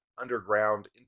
Underground